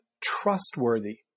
trustworthy